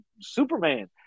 Superman